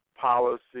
policy